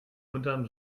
unterm